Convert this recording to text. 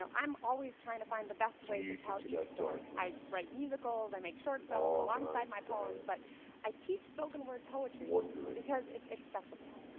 so i'm always trying to find the best way to tell each story. i write musicals i make short films alongside my poems. but i teach spoken-word poetry because it's accessible.